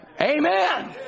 Amen